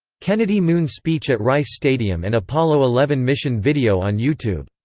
kennedy moon speech at rice stadium and apollo eleven mission video on youtube